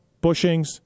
bushings